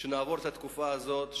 שנעבור את התקופה הזאת,